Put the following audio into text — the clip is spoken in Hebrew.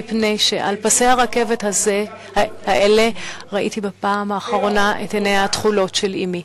מפני שעל פסי הרכבת האלה ראיתי בפעם האחרונה את עיניה התכולות של אמי,